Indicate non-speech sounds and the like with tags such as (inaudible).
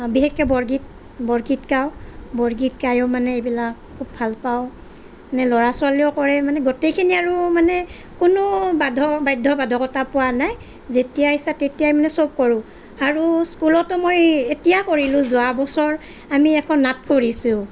বিশেষকে বৰগীত বৰগীত গাওঁ বৰগীত গায়ো মানে এইবিলাক খুব ভালপাওঁ এনে ল'ৰা ছোৱালীয়েও কৰে মানে গোটেইখিনি আৰু মানে কোনো (unintelligible) বাধ্য বাধকতা পোৱা নাই যেতিয়াই ইচ্ছা তেতিয়াই মানে চব কৰোঁ আৰু স্কুলতো মই এতিয়া কৰিলোঁ যোৱা বছৰ আমি এখন নাট কৰিছোঁ